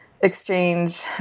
exchange